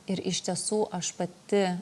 ir iš tiesų aš pati